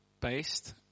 based